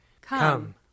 Come